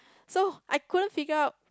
so I couldn't figure out